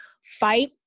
fight